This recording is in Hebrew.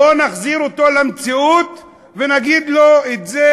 בואו נחזיר אותו למציאות ונגיד לו את זה